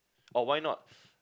or why not